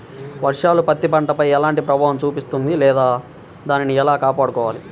వర్షాలు పత్తి పంటపై ఎలాంటి ప్రభావం చూపిస్తుంద లేదా దానిని ఎలా కాపాడుకోవాలి?